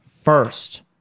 first